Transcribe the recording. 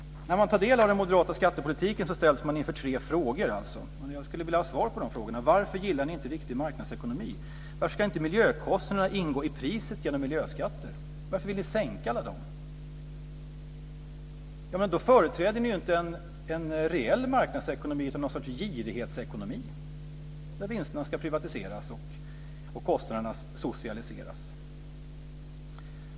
När man tar del av den moderata skattepolitiken ställs man inför tre frågor. Jag skulle vilja ha svar på de frågorna. Varför gillar ni inte riktig marknadsekonomi? Varför ska inte miljökostnaderna ingå i priset genom miljöskatter? Varför vill ni sänka dessa?